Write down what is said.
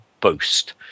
boost